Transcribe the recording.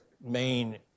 main